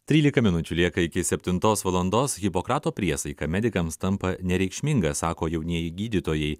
trylika minučių lieka iki septintos valandos hipokrato priesaika medikams tampa nereikšminga sako jaunieji gydytojai